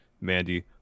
Mandy